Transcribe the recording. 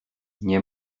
nie